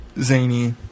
zany